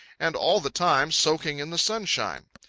and all the time soaking in the sunshine.